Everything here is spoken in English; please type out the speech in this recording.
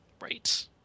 right